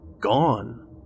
gone